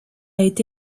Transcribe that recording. été